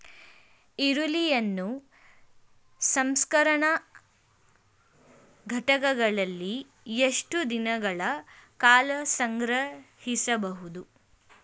ಈರುಳ್ಳಿಯನ್ನು ಸಂಸ್ಕರಣಾ ಘಟಕಗಳಲ್ಲಿ ಎಷ್ಟು ದಿನಗಳ ಕಾಲ ಸಂಗ್ರಹಿಸಬಹುದು?